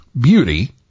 beauty